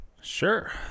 Sure